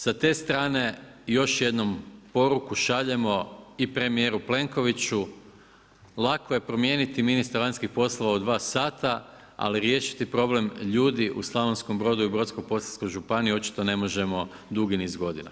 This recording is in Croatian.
Sa te strane još jednom poruku šaljemo i premijeru Plenkoviću, lako je promijeniti ministra vanjskih poslova u dva sata, ali riješiti problem ljudi u Slavonskom Brodu i Brodsko-posavskoj županiji očito ne možemo dugi niz godina.